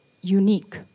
unique